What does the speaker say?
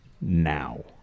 now